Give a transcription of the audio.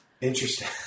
Interesting